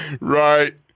Right